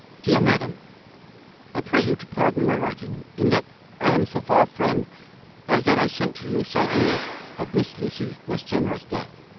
dear madam i pray you to pardon my writing, in that i am so far friend as that i sent to you sad news of miss lucy westenra's death.